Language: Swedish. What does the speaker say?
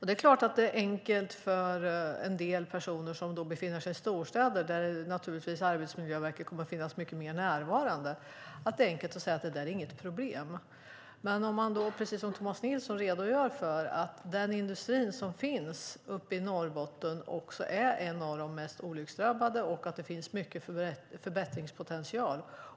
Det är klart att det är enkelt för en del personer som befinner sig i storstäder, där Arbetsmiljöverket naturligtvis kommer att vara mycket mer närvarande, att säga att detta inte är något problem. Men den industri som finns uppe i Norrbotten är, precis som Tomas Nilsson redogör för, en av de mest olycksdrabbade. Där finns också en stor förbättringspotential.